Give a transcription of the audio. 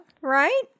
right